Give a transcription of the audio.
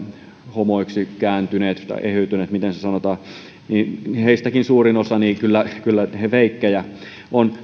homoiksi kääntyneistä tai eheytyneistä miten se sanotaan suurin osa kyllä kyllä feikkejä on